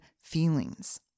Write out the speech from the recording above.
feelings